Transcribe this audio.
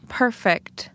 perfect